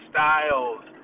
Styles